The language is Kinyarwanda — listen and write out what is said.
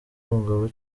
umugabo